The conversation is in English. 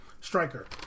Striker